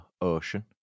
ocean